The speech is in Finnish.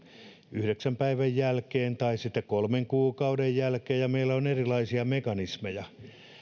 yhdeksän päivän jälkeen tai sitten kolmen kuukauden jälkeen ja meillä on erilaisia mekanismeja